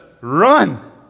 run